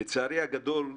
לצערי הגדול,